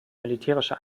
militärische